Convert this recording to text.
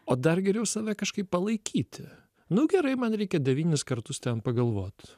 o dar geriau save kažkaip palaikyti nu gerai man reikia devynis kartus ten pagalvot